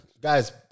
Guys